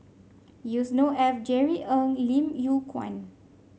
Yusnor Ef Jerry Ng Lim Yew Kuan